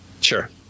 Sure